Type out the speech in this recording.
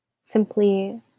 Simply